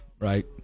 right